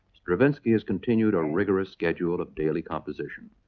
stravinsky has continued a rigorous schedule of daily composition.